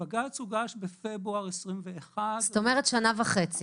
הבג"ץ הוגש בפברואר 2021. זאת אומרת שנה וחצי